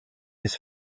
his